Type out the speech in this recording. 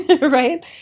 right